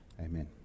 Amen